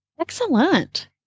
Excellent